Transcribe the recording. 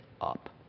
up